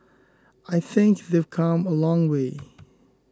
I think they've come a long way